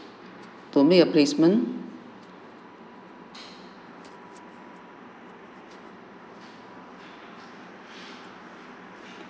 to make a placement